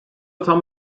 tam